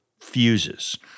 fuses